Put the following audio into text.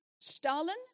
Stalin